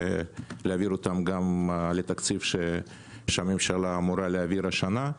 ולהעביר אותם גם לתקציב שהממשלה אמורה להעביר השנה.